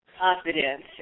confidence